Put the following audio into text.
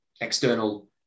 external